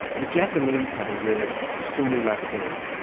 the japanese have a word sumimasen.